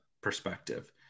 perspective